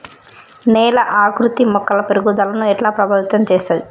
నేల ఆకృతి మొక్కల పెరుగుదలను ఎట్లా ప్రభావితం చేస్తది?